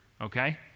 okay